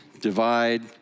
divide